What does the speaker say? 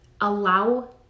allow